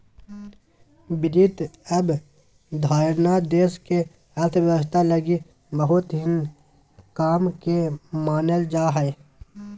वित्त अवधारणा देश के अर्थव्यवस्था लगी बहुत ही काम के मानल जा हय